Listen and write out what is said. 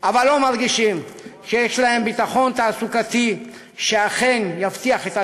אבל לא מרגישים שיש להם ביטחון תעסוקתי שאכן יבטיח את עתידם.